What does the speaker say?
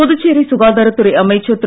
புதுச்சேரி சுகாதாரத் துறை அமைச்சர் திரு